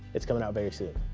it's coming out very soon.